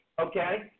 okay